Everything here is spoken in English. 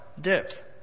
depth